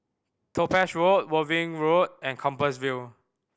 Topaz Road Worthing Road and Compassvale